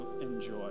enjoy